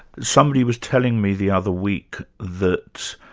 somebody was telling me the other week that,